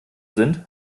sind